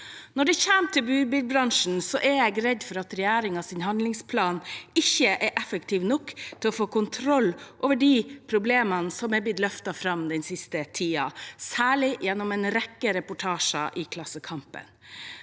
Når det gjelder budbilbransjen, er jeg redd for at regjeringens handlingsplan ikke er effektiv nok til å få kontroll over de problemene som er blitt løftet fram den siste tiden, særlig gjennom en rekke reportasjer i Klasse